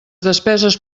despeses